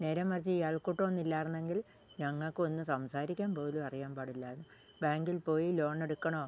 നേരെ മറിച്ച് ഈ അയൽക്കൂട്ടമൊന്നും ഇല്ലായിരുന്നെങ്കിൽ ഞങ്ങൾക്ക് ഒന്ന് സംസാരിക്കാൻ പോലും അറിയാൻ പാടില്ലായിരുന്നു ബാങ്കിൽ പോയി ലോൺ എടുക്കാനോ